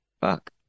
fuck